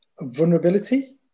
vulnerability